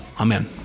Amen